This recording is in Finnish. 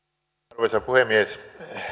arvoisa puhemies